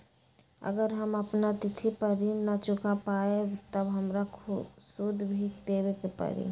अगर हम अपना तिथि पर ऋण न चुका पायेबे त हमरा सूद भी देबे के परि?